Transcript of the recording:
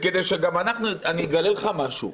וכדי שגם אני אגלה לך משהו,